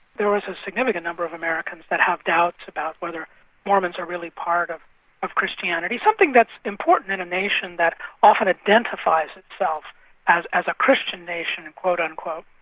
there was a significant number of americans that have doubts about whether mormons are really part of of christianity something that's important in a nation that often identifies itself as as a christian nation, and quote unquote.